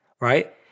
right